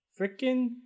Freaking